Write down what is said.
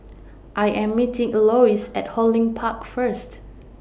I Am meeting Elois At Hong Lim Park First